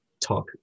talk